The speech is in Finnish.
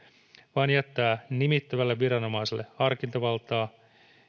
vaan jättää nimittävälle viranomaiselle harkintavaltaa